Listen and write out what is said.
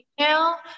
email